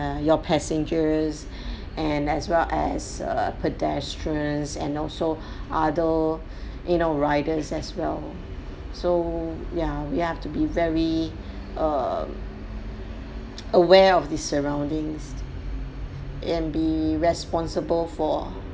your passengers and as well as err pedestrians and also other you know riders as well so ya we have to be very err aware of the surroundings and be responsible for